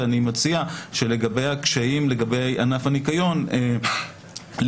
ואני מציע שלגבי הקשיים לגבי ענף הניקיון לינא